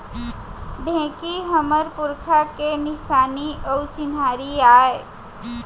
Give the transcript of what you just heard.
ढेंकी हमर पुरखा के निसानी अउ चिन्हारी आय